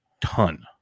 ton